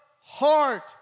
heart